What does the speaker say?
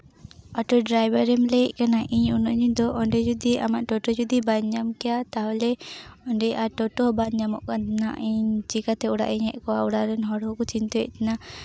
auto ᱰᱨᱟᱭᱵᱷᱟᱨᱤᱧ ᱞᱟᱹᱭᱮᱫ ᱠᱟᱱᱟ ᱤᱧᱫᱚ ᱚᱸᱰᱮ ᱡᱚᱫᱤ ᱟᱢᱟᱜ ᱴᱳᱴᱳ ᱡᱚᱫᱤ ᱵᱟᱹᱧ ᱧᱟᱢ ᱠᱮᱭᱟ ᱛᱟᱦᱚᱞᱮ ᱴᱳᱴᱳ ᱵᱟᱝ ᱧᱟᱢᱚᱜ ᱠᱟᱱᱟ ᱤᱧ ᱪᱤᱠᱟᱹᱛᱮ ᱚᱲᱟᱜ ᱤᱧ ᱦᱮᱡ ᱠᱚᱜᱼᱟ ᱚᱲᱟᱜ ᱨᱮᱱ ᱦᱚᱲ ᱦᱚᱸᱠᱚ ᱪᱤᱱᱛᱟᱹᱭᱮᱫ ᱠᱟᱱᱟ